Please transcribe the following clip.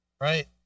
Right